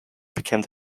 became